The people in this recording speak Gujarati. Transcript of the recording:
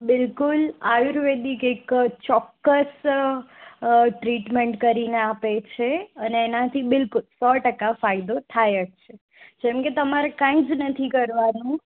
બિલકુલ આયુર્વેદિક એક ચોક્કસ અ ટ્રીટમેન્ટ કરીને આપે છે અને એનાથી બિલકુલ સો ટકા ફાયદો થાય જ છે જેમ કે તમારે કંઈ જ નથી કરવાનું